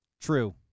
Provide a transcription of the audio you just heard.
True